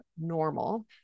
normal